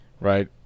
right